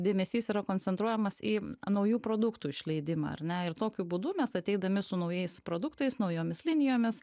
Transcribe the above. dėmesys yra koncentruojamas į naujų produktų išleidimą ar ne ir tokiu būdu mes ateidami su naujais produktais naujomis linijomis